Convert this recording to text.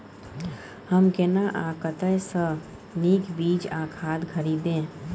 हम केना आ कतय स नीक बीज आ खाद खरीदे?